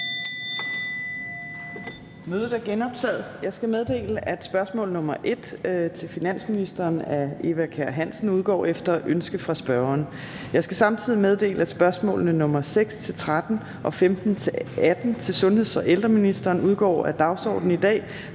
Mødet er genoptaget. Jeg skal meddele, at spørgsmål nr. 1 til finansministeren af Eva Kjer Hansen udgår efter ønske fra spørgeren. Jeg skal samtidig meddele, at spørgsmålene nr. 6-13 og 15-18 til sundheds- og ældreministeren udgår fra dagsordenen i dag